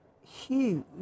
huge